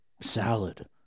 Salad